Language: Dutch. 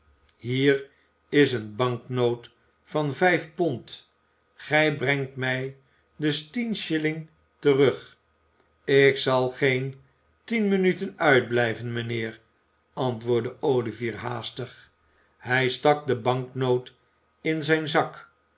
hier is eene banknoot van vijf pond gij brengt mij dus tien shilling terug ik zal geen tien minuten uitblijven mijnheer antwoordde olivier haastig hij stak de banknoot in zijn zak